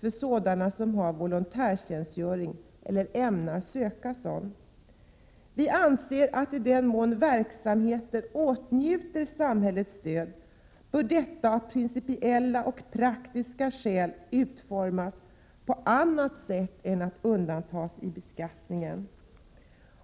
för sådana som har volontärtjänstgöring eller ämnar söka sådan. Utskottet anser att i den mån verksamheten åtnjuter samhällets stöd, bör detta av principiella och praktiska skäl utformas på annat sätt än som undantag i beskattningen.